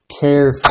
care